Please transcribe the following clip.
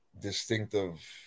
distinctive